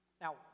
Now